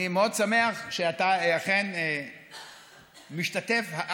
אני מאוד שמח שאתה אכן משתתף בדיון,